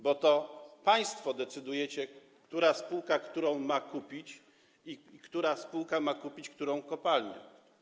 Bo to państwo decydujecie, która spółka ma kupić którą i która spółka ma kupić którą kopalnię.